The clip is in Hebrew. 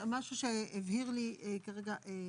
הסבר 99 סך הכל סכימת כלל הרכיבים האחוזיים